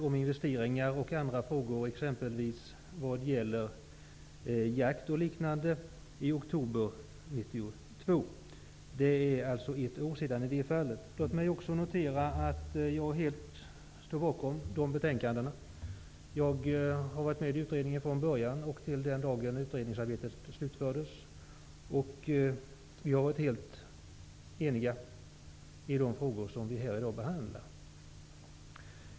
Och för ett år sedan, i oktober 1992, lämnade kommittén betänkandet om investeringar och om frågor vad gäller jakt och liknande. Jag ställer mig bakom dessa betänkanden. Jag har varit med i utredningen från början och till den dag som utredningsarbetet slutfördes. I kommittén har vi varit helt eniga i de frågor som vi här i dag behandlar.